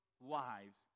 lives